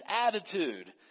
attitude